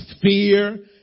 fear